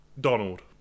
Donald